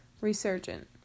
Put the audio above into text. resurgent